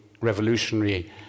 revolutionary